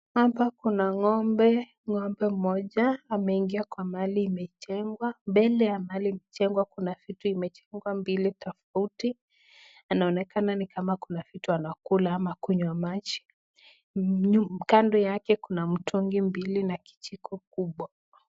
Hapa kuna ng'ombe. Ng'ombe mmoja ameingia kwa mahali imejengwa. Mbele ya mahali imejengwa kuna vitu imejifunga mbili tofauti, anaonekana ni kama kuna vitu anakula ama kunywa maji. Kando yake kuna mitungi mbili na kijiko kubwa.